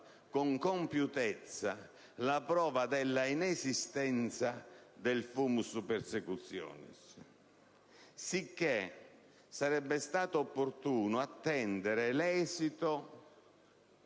con compiutezza la prova della inesistenza del *fumus* *persecutionis*, sicché sarebbe stato opportuno attendere l'esito